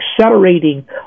accelerating